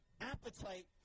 appetite